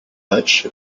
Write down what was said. match